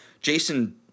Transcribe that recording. Jason